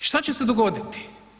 Šta će se dogoditi?